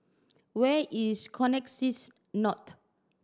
where is Connexis North